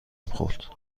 خورد